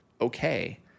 okay